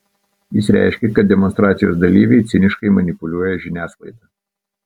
jis reiškė kad demonstracijos dalyviai ciniškai manipuliuoja žiniasklaida